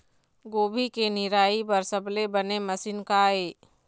गोभी के निराई बर सबले बने मशीन का ये?